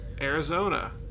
Arizona